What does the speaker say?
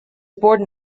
born